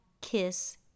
kiss